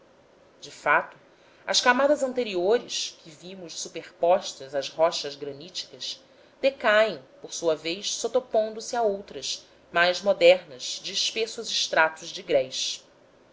de fato as camadas anteriores que vimos superpostas às rochas graníticas decaem por sua vez sotopondo se a outras mais modernas de espessos estratos de grés